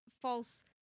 false